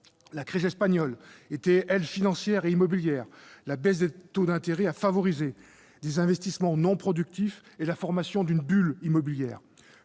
La crise espagnole était, quant à elle, financière et immobilière : la baisse des taux d'intérêt a favorisé des investissements non productifs et la formation d'une bulle immobilière.